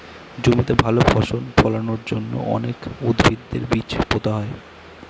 জমিতে ভালো ফসল ফলানোর জন্য অনেক উদ্ভিদের বীজ পোতা হয়